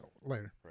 later